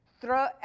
throw